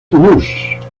toulouse